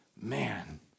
Man